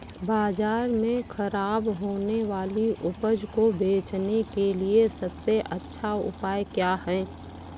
बाज़ार में खराब होने वाली उपज को बेचने के लिए सबसे अच्छा उपाय क्या हैं?